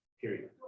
period